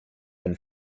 been